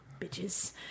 bitches